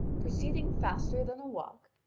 proceeding faster than a walk,